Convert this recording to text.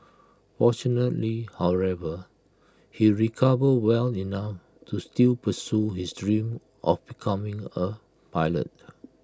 fortunately however he recovered well enough to still pursue his dream of becoming A pilot